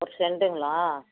ஒரு செண்டுங்களா